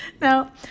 Now